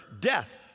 death